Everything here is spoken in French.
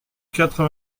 quatre